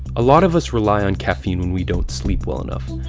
a lot of us rely on caffeine when we don't sleep well enough,